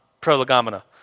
prolegomena